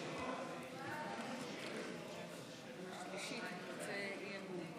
יש עתיד-תל"ם, קבוצת סיעת ישראל ביתנו,